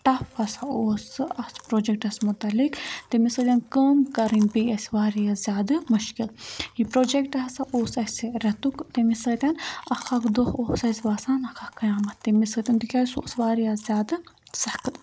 tough ہَسا اوس سُہ اَتھ پروجَکٹَس متعلِق تمِس سۭتۍ کٲم کَرٕنۍ پیٚیہِ اَسہِ واریاہ زیادٕ مُشکِل یہِ پروجَکٹ ہَسا اوس اَسہِ رٮ۪تُک تٔمِس سۭتۍ اَکھ اَکھ دۄہ اوس اَسہِ باسان اَکھ اکھ قیامَت تٔمِس سۭتۍ تِکیازِ سُہ اوس واریاہ زیادٕ سخت